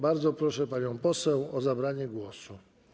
Bardzo proszę panią poseł o zabranie głosu.